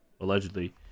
allegedly